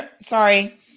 sorry